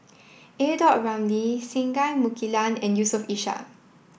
Ramli Singai Mukilan and Yusof Ishak